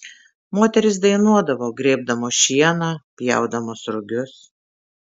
moterys dainuodavo grėbdamos šieną pjaudamos rugius